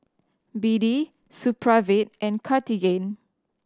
B D Supravit and Cartigain